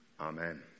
Amen